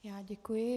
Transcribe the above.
Já děkuji.